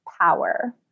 Power